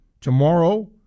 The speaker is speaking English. Tomorrow